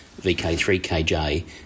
VK3KJ